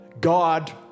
God